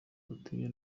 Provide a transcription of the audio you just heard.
badatinya